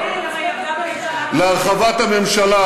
להרחבת הממשלה,